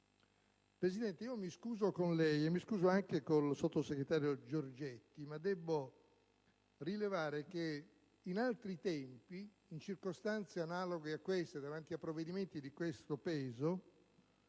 Presidente, mi scuso con lei ed anche con il sottosegretario Giorgetti, ma debbo rilevare che in altri tempi, in circostanze analoghe a queste, davanti a provvedimenti di questo peso,